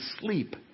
sleep